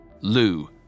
Lou